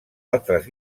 altres